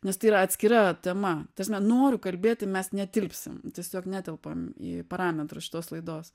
nes tai yra atskira tema ta prasme noriu kalbėti mes netilpsim tiesiog netelpam į parametrus šitos laidos